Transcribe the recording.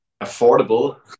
affordable